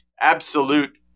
absolute